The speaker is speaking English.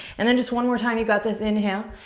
and then just one more time, you got this. inhale,